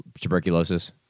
tuberculosis